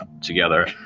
together